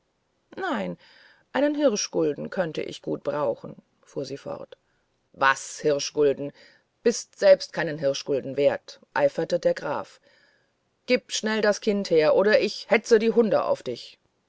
nein einen hirschgulden könnte ich gut brauchen fuhr sie fort was hirschgulden bist selbst keinen hirschgulden wert eiferte der graf schnell das kind her oder ich hetze die hunde auf dich